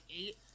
eight